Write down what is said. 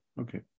okay